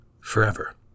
forever